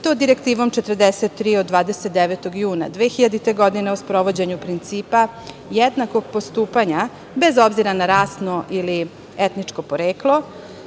i to Direktivom 43 od 29. juna 2000. godine o sprovođenju principa jednakog postupanja, bez obzira na rasno ili etničko poreklo,